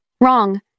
Wrong